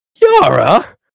Yara